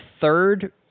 third